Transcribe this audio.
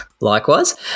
likewise